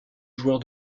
joueur